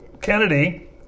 Kennedy